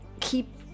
keep